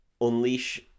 unleash